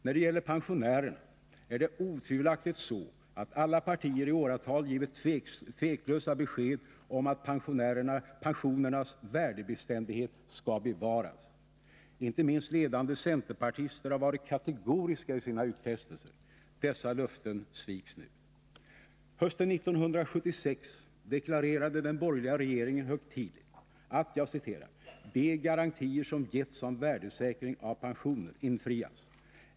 När det gäller pensionärerna är det otvivelaktigt så att alla partier i åratal givit tveklösa besked om att pensionernas värdebeständighet skall bevaras. Inte minst ledande centerpartister har varit kategoriska i sina utfästelser. Dessa löften sviks nu. Hösten 1976 deklarerade den borgerliga regeringen högtidligt att ”de Nr 46 garantier som getts om värdesäkring av pensionerna infrias”.